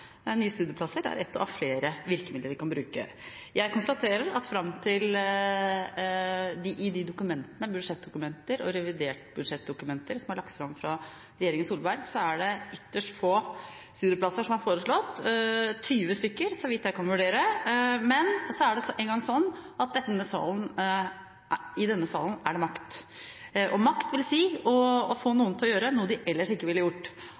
nye studieplasser er ett av flere virkemidler vi kan bruke. Jeg konstaterer at i de budsjettdokumenter og revidert budsjettdokumenter som er lagt fram av regjeringen Solberg, er det ytterst få studieplasser som er foreslått – 20 stk., så vidt jeg kan vurdere. Men det er nå engang sånn at i denne salen er det makt. Makt vil si å få noen til å gjøre noe de ellers ikke ville gjort,